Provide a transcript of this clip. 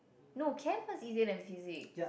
no chem was easier than physics